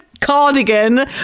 cardigan